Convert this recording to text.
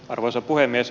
arvoisa puhemies